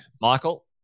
Michael